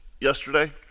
yesterday